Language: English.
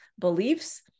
beliefs